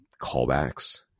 callbacks